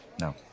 No